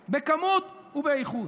ובאיכות, בכמות ובאיכות,